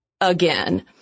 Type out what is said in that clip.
again